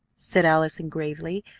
said allison gravely,